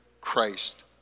Christ